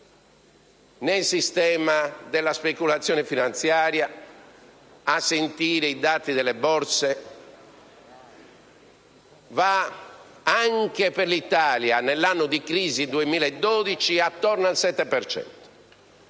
nel sistema della speculazione finanziaria, a sentire i dati delle borse, si attestano, anche per l'Italia, nell'anno di crisi 2012 attorno al 7